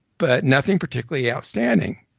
but nothing particularly outstanding.